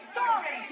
sorry